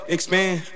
Expand